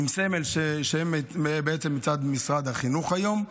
שהוא מצד משרד החינוך היום,